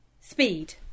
Speed